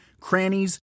crannies